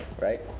right